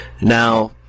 Now